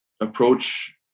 approach